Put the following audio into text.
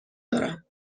دارم